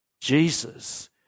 Jesus